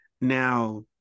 Now